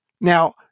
Now